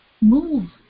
move